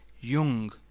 young